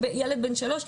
וילד בן שלוש,